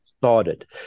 started